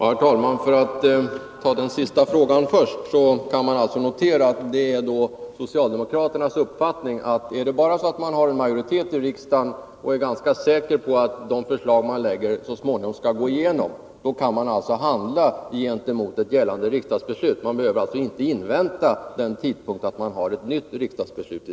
Herr talman! Jag tar den sista frågan först. Man kan notera att det är socialdemokraternas uppfattning att bara man har majoritet i riksdagen och är ganska säker på att de förslag man väcker så småningom skall gå igenom, kan man handla mot ett gällande riksdagsbeslut. Man behöver inte invänta den tidpunkt då man har ett nytt riksdagsbeslut.